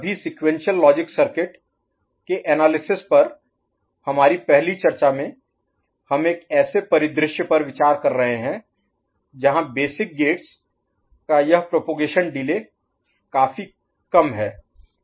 अभी sequential logic circuit के analysis पर हमारी पहली चर्चा में हम एक ऐसे परिदृश्य पर विचार कर रहे हैं जहां बेसिक गेट्स का यह प्रोपगेशन डिले काफी कम है